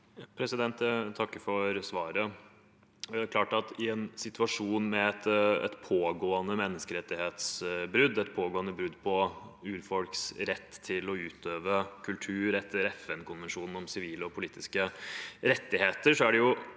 for svaret. Det er klart at i situasjonen med et pågående menneskerettighetsbrudd, et pågående brudd på urfolks rett til å utøve kultur etter FN-konvensjonen om sivile og politiske rettigheter, er det